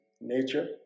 nature